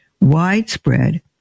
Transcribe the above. widespread